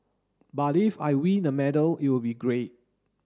but if I win a medal it would be great